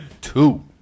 two